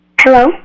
Hello